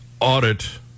audit